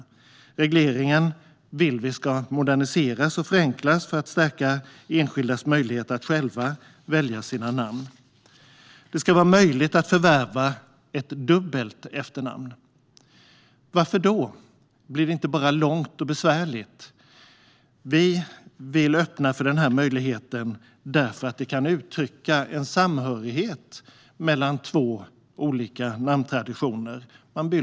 Vi vill att regleringen ska moderniseras och förenklas för att stärka enskildas möjlighet att själva välja sina namn. Det ska vara möjligt att förvärva ett dubbelt efternamn. Varför då? Blir det inte bara långt och besvärligt? Vi vill öppna för den här möjligheten därför att det kan uttrycka en samhörighet mellan två olika namntraditioner.